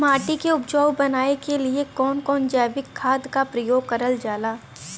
माटी के उपजाऊ बनाने के लिए कौन कौन जैविक खाद का प्रयोग करल जाला?